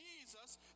Jesus